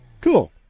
Cool